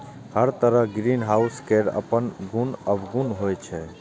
हर तरहक ग्रीनहाउस केर अपन गुण अवगुण होइ छै